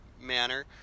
manner